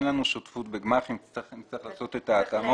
כמפורט להלן: בגמ"חים אין לנו שותפות ונצטרך לעשות את ההתאמות.